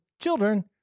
children